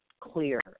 clear